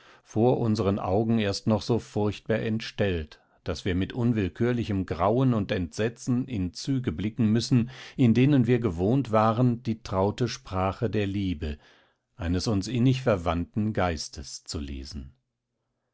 vor unseren augen erst noch so furchtbar entstellt daß wir mit unwillkürlichem grauen und entsetzen in züge blicken müssen in denen wir gewohnt waren die traute sprache der liebe eines uns innig verwandten geistes zu lesen